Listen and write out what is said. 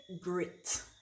grit